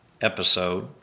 episode